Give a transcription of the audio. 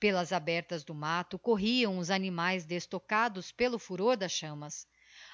pelas abertas do matto corriam os animaes destocados pelo furor das chammas